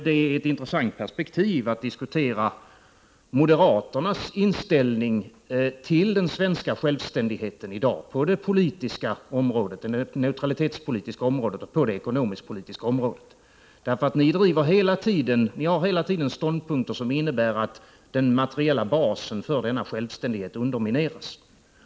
Det är ett intressant perspektiv att diskutera moderaternas inställning till den svenska självständigheten i dag på det neutralitetspolitiska området och på det ekonomisk-politiska området. Ni har hela tiden ståndpunkter som innebär att den materiella basen för denna självständighet undermineras.